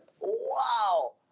wow